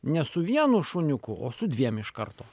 ne su vienu šuniuku o su dviem iš karto